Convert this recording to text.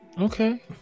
Okay